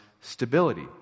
stability